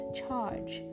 charge